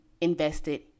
invested